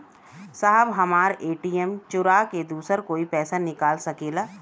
साहब हमार ए.टी.एम चूरा के दूसर कोई पैसा निकाल सकेला?